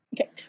Okay